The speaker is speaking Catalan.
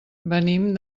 venim